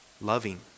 loving